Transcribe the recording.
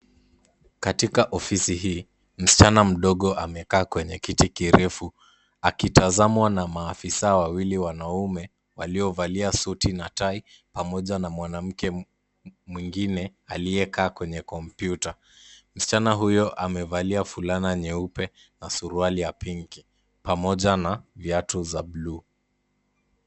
Katika ofisi hii, msichana mdogo amekaa kwenye kiti kirefu akitazamwa na maafisa wawili wanaume waliovalia suti na tai pamoja na mwanamke mwingine aliyekaa kwenye kompyuta. Msichana huyo amevalia fulana nyeupe na suruali ya pinki pamoja na viatu za bluu.